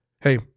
Hey